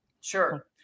Sure